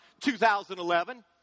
2011